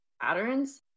patterns